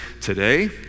today